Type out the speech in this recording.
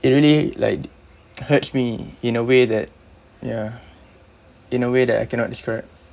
it really like hurts me in a way that ya in a way that I cannot describe